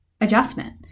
adjustment